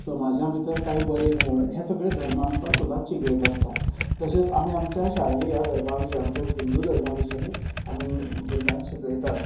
समाजा भितर कांय बरें गूण हे काही धर्म आमकां सदांच शिकयत आसता तशेंच आमी आमच्या शाळेंत ह्या धर्मा विशी आमच्या ह्या हिंन्दू धर्मा विशीं आमी भुरग्यांक शिकयतात